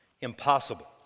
impossible